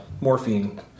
morphine